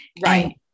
Right